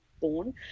born